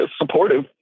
supportive